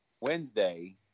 Wednesday